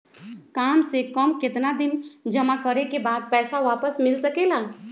काम से कम केतना दिन जमा करें बे बाद पैसा वापस मिल सकेला?